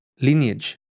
lineage